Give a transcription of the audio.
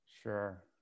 sure